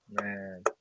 man